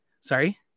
sorry